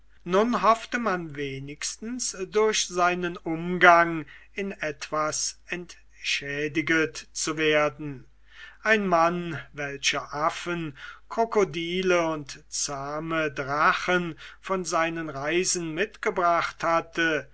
nun hoffte man wenigstens durch seinen umgang in etwas entschädiget zu werden ein mann welcher affen krokodile und zahme drachen von seinen reisen mitgebracht hatte